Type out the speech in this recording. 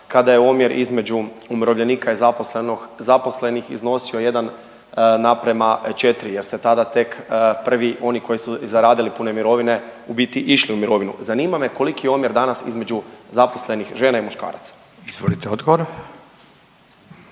kada je omjer između umirovljenika i zaposlenog, zaposlenih iznosio 1:4 jer se tada tek prvi oni koji su zaradili pune mirovine u biti išli u mirovinu. Zanima me koliki je omjer danas između zaposlenih žena i muškaraca. **Radin, Furio